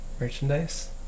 merchandise